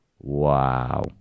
Wow